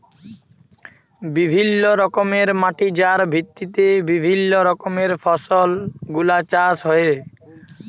বিভিল্য রকমের মাটি যার ভিত্তিতে বিভিল্য রকমের ফসল গুলা চাষ হ্যয়ে